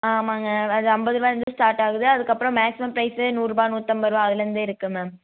ஆமாம்ங்க அது ஐம்பதுருபாலேருந்து ஸ்டார்ட் ஆகுது அதுக்கு அப்புறோம் மேக்ஸிமம் ப்ரைஸ்ஸே நூறுரூபா நூத்தம்பதுரூவா அதுலருந்து இருக்கு மேம்